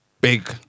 big